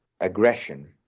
aggression